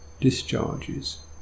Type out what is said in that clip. discharges